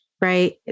right